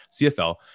CFL